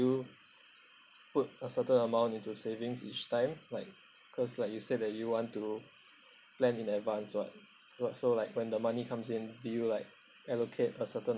put a certain amount into savings each time like because like you said that you want to plan in advance what what so like when the money comes in do you like allocate a certain